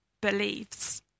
believes